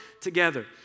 together